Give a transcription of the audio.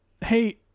Hey